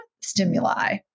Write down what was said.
stimuli